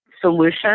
solution